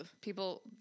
People